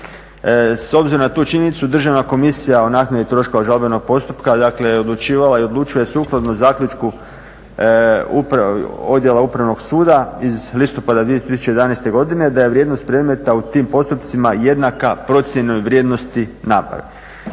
S obzirom na tu činjenicu Državna komisija o naknadi troškova žalbenog postupka odlučivala je i odlučuje sukladno zaključku Odjela upravnog suda iz listopada 2011.godine da je vrijednost predmeta u tim postupcima jednaka procijenjenoj vrijednosti nabave.